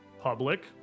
public